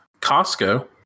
Costco